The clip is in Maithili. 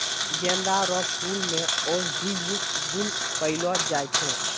गेंदा रो फूल मे औषधियुक्त गुण पयलो जाय छै